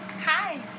hi